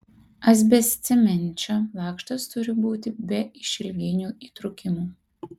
asbestcemenčio lakštas turi būti be išilginių įtrūkimų